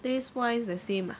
taste wise the same ah